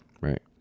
right